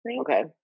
Okay